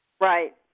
Right